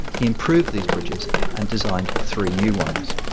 he improved these bridges and designed three new ones.